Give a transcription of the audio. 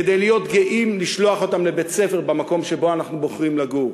כדי להיות גאים לשלוח אותם לבית-ספר במקום שבו אנחנו בוחרים לגור.